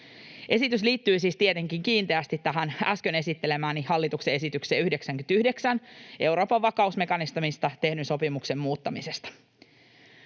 Esitys liittyy siis tietenkin kiinteästi tähän äsken esittelemääni hallituksen esitykseen 99 Euroopan vakausmekanismista tehdyn sopimuksen muuttamisesta.